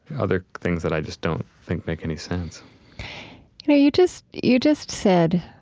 other things that i just don't think make any sense you know, you just you just said,